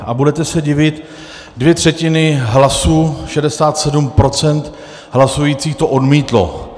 A budete se divit, dvě třetiny hlasů, 67 % hlasujících to odmítlo.